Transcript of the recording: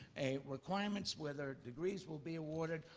a requirements, whether degrees will be awarded,